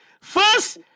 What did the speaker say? First